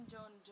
John